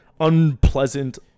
unpleasant